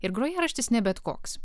ir grojaraštis ne bet koks